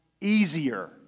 easier